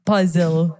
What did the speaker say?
Puzzle